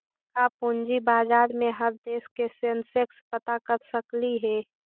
का पूंजी बाजार में हर देश के सेंसेक्स पता कर सकली हे?